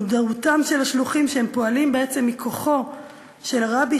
מודעותם של השלוחים שהם פועלים בעצם מכוחו של הרבי,